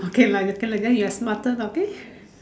okay lah okay lah then your smarter lah okay